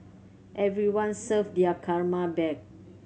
everyone serve their karma back